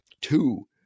Two